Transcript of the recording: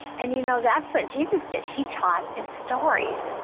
and you know, that's what jesus did. he taught in stories.